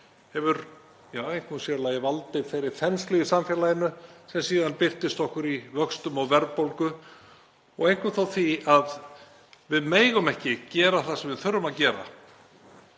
einkum og sér í lagi valdi þeirri þenslu í samfélaginu sem síðan birtist okkur í vöxtum og verðbólgu og einkum þó því að við megum ekki gera það sem við þurfum að gera